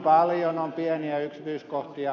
paljon on pieniä yksityiskohtia